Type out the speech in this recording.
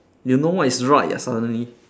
you know what is right ah suddenly